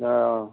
ꯑꯥ